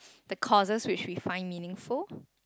the causes which we find meaning for